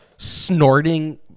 snorting